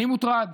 אני מוטרד.